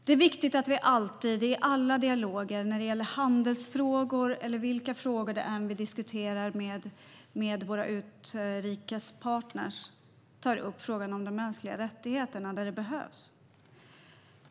Det är viktigt att vi alltid, i alla dialoger om handelsfrågor eller vilka frågor det än är vi diskuterar med våra utrikespartner, tar upp frågan om de mänskliga rättigheterna där det behövs.